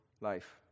life